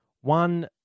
One